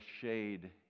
Shade